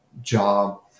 job